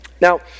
Now